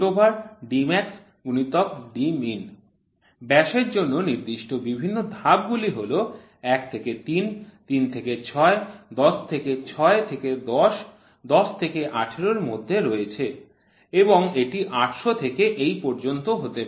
Dmax Dmin ব্যাসের জন্য নির্দিষ্ট বিভিন্ন ধাপ গুলি হল ১ থেকে ৩ ৩ থেকে ৬ ১০ থেকে ৬ থেকে ১০ ১০ থেকে ১৮ এর মধ্যে রয়েছে এবং এটি ৮০০ থেকে এই পর্যন্ত হতে পারে